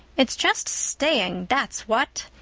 it's just staying, that's what,